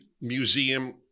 Museum